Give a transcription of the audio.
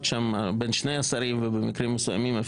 גם בין שני השרים ובמקרים מסוימים,